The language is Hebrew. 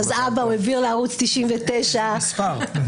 אז אבא, הוא העביר לערוץ 99. מספר?